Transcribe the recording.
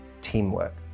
teamwork